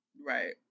Right